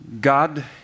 God